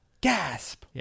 gasp